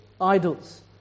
idols